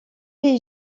les